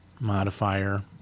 modifier